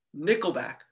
nickelback